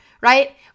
right